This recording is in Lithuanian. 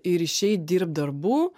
ir išeit dirbt darbų